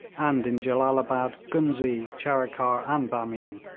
and in jellalabad, ghuznee, charikar and bamian.